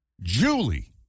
Julie